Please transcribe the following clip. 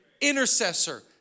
intercessor